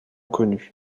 connu